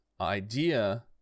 idea